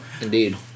Indeed